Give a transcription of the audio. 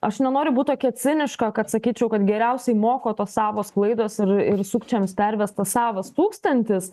aš nenoriu būt tokia ciniška kad sakyčiau kad geriausiai moko tos savos klaidos ir ir sukčiams pervestas savas tūkstantis